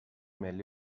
ملی